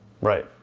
Right